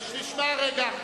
תשמעו,